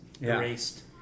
erased